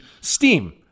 steam